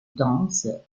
danses